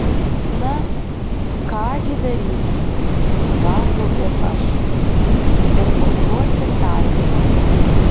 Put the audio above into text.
na ką gi darysiu valgau ir aš ir kaupiuosi tardymui